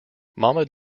mama